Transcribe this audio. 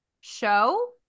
Show